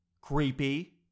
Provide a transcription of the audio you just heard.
Creepy